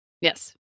Yes